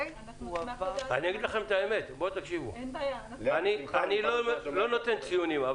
אני לא נותן ציונים.